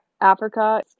Africa